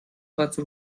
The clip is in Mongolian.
газар